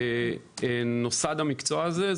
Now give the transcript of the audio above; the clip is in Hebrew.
ב-1967 נוסד המקצוע הזה.